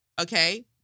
Okay